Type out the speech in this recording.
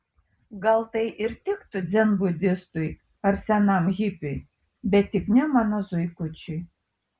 gal tai ir tiktų dzenbudistui ar senam hipiui bet tik ne mano zuikučiui